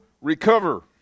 recover